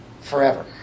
forever